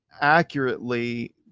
accurately